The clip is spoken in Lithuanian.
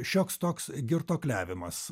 šioks toks girtuokliavimas